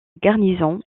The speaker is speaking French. garnison